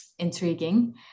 intriguing